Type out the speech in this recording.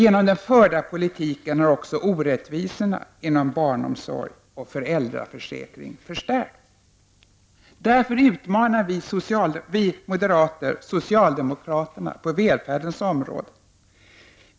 Genom den förda politiken har också orättvisorna inom barnomsorg och föräldraförsäkring nämligen förstärkts. Därför utmanar vi moderater socialdemokraterna på välfärdens områden.